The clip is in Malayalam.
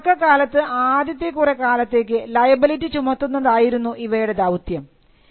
അതിൻറെ തുടക്കകാലത്ത് ആദ്യത്തെ കുറെ കാലത്തേക്ക് ലയബിലിറ്റി ചുമത്തുന്നതായിരുന്നു ഇവയുടെ ദൌത്യം